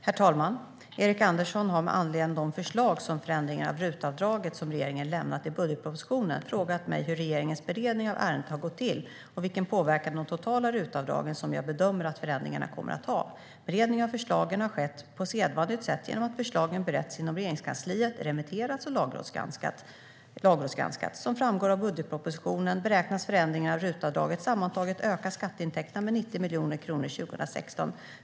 Herr talman! Erik Andersson har med anledning av de förslag om förändringar av RUT-avdrag som regeringen lämnat i budgetpropositionen frågat mig hur regeringens beredning av ärendet har gått till och vilken påverkan på de totala RUT-avdragen som jag bedömer att förändringarna kommer att ha. Beredningen av förslagen har skett på sedvanligt sätt genom att förslagen beretts inom Regeringskansliet, remitterats och lagrådsgranskats. Som framgår av budgetpropositionen beräknas förändringarna av RUT-avdraget sammantaget öka skatteintäkterna med 90 miljoner kronor 2016.